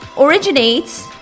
originates